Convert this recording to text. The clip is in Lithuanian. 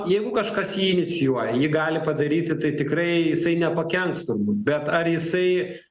jeigu kažkas jį inicijuoja jį gali padaryti tai tikrai jisai nepakenks turbūt bet ar jisai